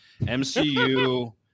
mcu